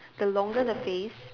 the longer the phrase